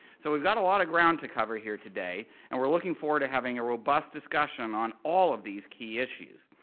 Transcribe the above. so we've got a lot of ground to cover here today and we're looking forward to having a robust discussion on all of these key issues.